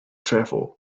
travel